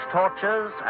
tortures